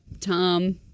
Tom